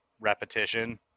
repetition